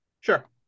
sure